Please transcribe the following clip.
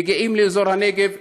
מגיעים לאזור הנגב,